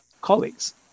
colleagues